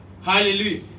Hallelujah